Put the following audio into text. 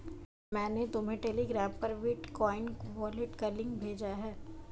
मैंने तुम्हें टेलीग्राम पर बिटकॉइन वॉलेट का लिंक भेजा है